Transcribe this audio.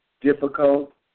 difficult